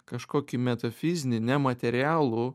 kažkokį metafizinį nematerialų